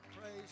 Praise